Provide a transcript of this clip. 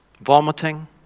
vomiting